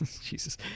Jesus